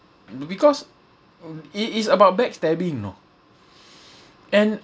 b~ because i~ is about backstabbing you know and